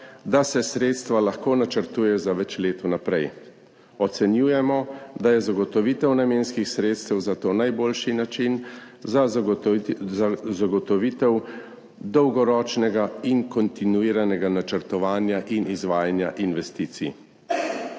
da se sredstva lahko načrtujejo za več let vnaprej. Ocenjujemo, da je zagotovitev namenskih sredstev za to najboljši način za zagotovitev dolgoročnega in kontinuiranega načrtovanja in izvajanja investicij.